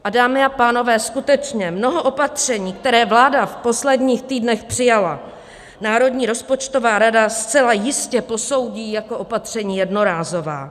A dámy a pánové, skutečně mnoho opatření, která vláda v posledních týdnech přijala, Národní rozpočtová rada zcela jistě posoudí jako opatření jednorázová.